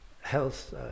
health